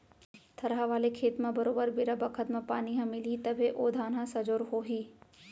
थरहा वाले खेत म बरोबर बेरा बखत म पानी ह मिलही तभे ओ धान ह सजोर हो ही